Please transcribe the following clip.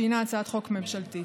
שהיא הצעת חוק ממשלתית.